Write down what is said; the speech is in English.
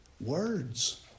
Words